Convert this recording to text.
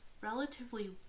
relatively